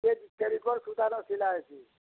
ସେ ଟେରିକଟ୍ ସୂତାନୁ ସିଲା ହେସି